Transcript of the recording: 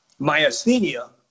myasthenia